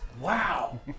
Wow